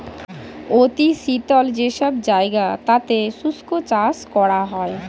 অতি শীতল যে সব জায়গা তাতে শুষ্ক চাষ করা হয়